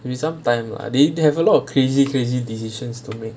be some sometime lah they have a lot of crazy crazy decisions to make